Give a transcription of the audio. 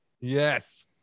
Yes